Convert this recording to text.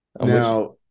Now